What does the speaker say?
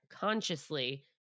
consciously